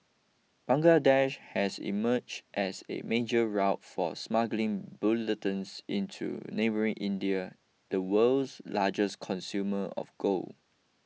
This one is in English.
Bangladesh has emerged as a major route for smuggling bullion into neighbouring India the world's largest consumer of gold